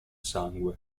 sangue